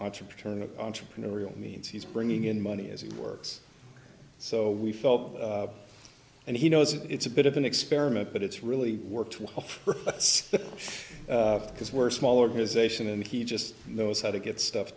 entrepreneurial entrepreneurial means he's bringing in money as he works so we felt and he knows it's a bit of an experiment but it's really worked well because we're small organization and he just knows how to get stuff